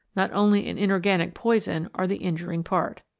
not only an inorganic poison, are the injuring part.